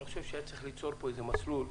אני חושב שהיה צריך ליצור כאן איזה מסלול.